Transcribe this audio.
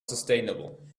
sustainable